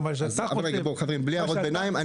חברים, בלי הערות ביניים.